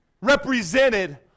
represented